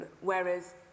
Whereas